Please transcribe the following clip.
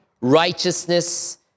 righteousness